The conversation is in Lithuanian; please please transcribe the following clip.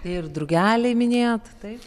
ir drugeliai minėjot taip